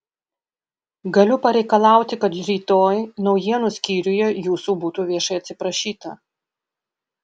galiu pareikalauti kad rytoj naujienų skyriuje jūsų būtų viešai atsiprašyta